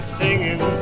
singing